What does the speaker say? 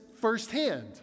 firsthand